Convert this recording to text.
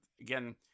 again